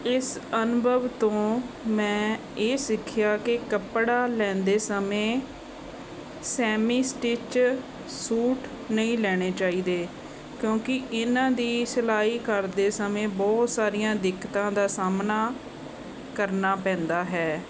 ਇਸ ਅਨੁਭਵ ਤੋਂ ਮੈਂ ਇਹ ਸਿੱਖਿਆ ਕਿ ਕੱਪੜਾ ਲੈਂਦੇ ਸਮੇਂ ਸੈਮੀ ਸਟਿਚ ਸੂਟ ਨਹੀਂ ਲੈਣੇ ਚਾਹੀਦੇ ਕਿਉਂਕਿ ਇਹਨਾਂ ਦੀ ਸਿਲਾਈ ਕਰਦੇ ਸਮੇਂ ਬਹੁਤ ਸਾਰੀਆਂ ਦਿੱਕਤਾਂ ਦਾ ਸਾਹਮਣਾ ਕਰਨਾ ਪੈਂਦਾ ਹੈ